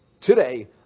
today